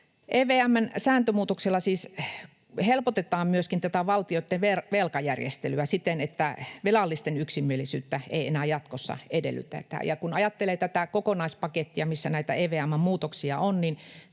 EVM:n sääntömuutoksella siis helpotetaan myöskin tätä valtioitten velkajärjestelyä siten, että velallisten yksimielisyyttä ei enää jatkossa edellytetä. Kun ajattelee tätä kokonaispakettia, missä näitä EVM:n muutoksia on,